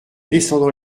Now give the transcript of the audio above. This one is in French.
descendant